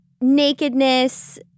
nakedness